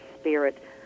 Spirit